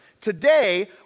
Today